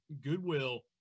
Goodwill